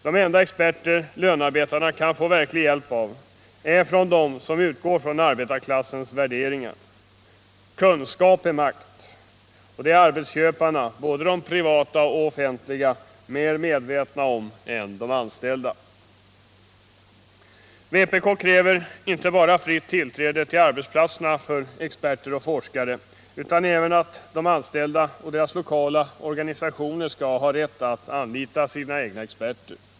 De enda experter lönarbetarna kan få verklig hjälp av är de som utgår från arbetarklassens värderingar. Kunskap är makt. Det är arbetsköparna — både de privata och de offentliga — mer medvetna om än de anställda. Vpk kräver inte bara fritt tillträde till arbetsplatserna för experter och forskare utan även att de anställda och deras lokala organisationer skall ha rätt att anlita sina egna experter.